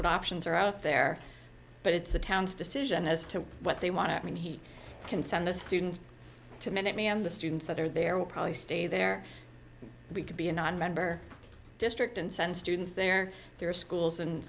what options are out there but it's the town's decision as to what they want to i mean he can send a student to minot me on the students that are there will probably stay there we could be a nonmember district and send students there there are schools